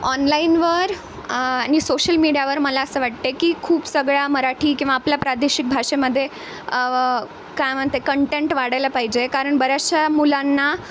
ऑनलाईनवर आणि सोशल मीडियावर मला असं वाटते की खूप सगळ्या मराठी किंवा आपल्या प्रादेशिक भाषेमध्ये काय म्हणते कंटेंट वाढायला पाहिजे कारण बऱ्याचशा मुलांना